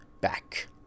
back